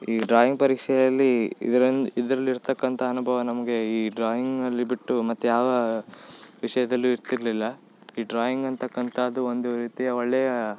ಈ ಡ್ರಾಯಿಂಗ್ ಪರೀಕ್ಷೆಯಲ್ಲಿಇದ್ರನ್ ಇದ್ರಲ್ಲಿ ಇರತಕ್ಕಂಥ ಅನುಭವ ನಮಗೆ ಈ ಡ್ರಾಯಿಂಗ್ನಲ್ಲಿ ಬಿಟ್ಟು ಮತ್ತು ಯಾವ ವಿಷಯದಲ್ಲೂ ಇರ್ತಿರಲಿಲ್ಲ ಈ ಡ್ರಾಯಿಂಗ್ ಅಂತಕ್ಕಂಥದ್ದು ಒಂದು ರೀತಿಯ ಒಳ್ಳೆಯ